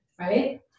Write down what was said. right